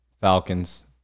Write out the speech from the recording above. Falcons